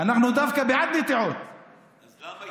מה אתה אומר?